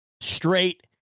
straight